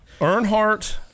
Earnhardt